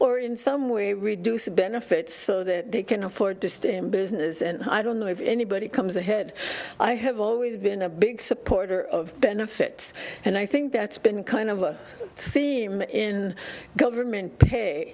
or in some way reducing benefits so that they can afford to stay in business and i don't know if anybody comes ahead i have always been a big supporter of benefits and i think that's been kind of a theme in government pay